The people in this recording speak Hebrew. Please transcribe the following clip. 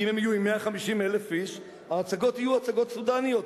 כי אם הם יהיו 150,000 איש ההצגות יהיו הצגות סודניות,